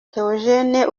theogene